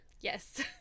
Yes